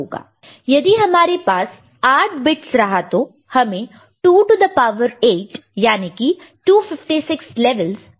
यदि हमारे पास 8 बिट्स रहा तो हमें 2 टू द पावर 8 याने की 256 लेवल्स मिल सकता है